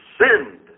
sinned